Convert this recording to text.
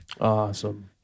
Awesome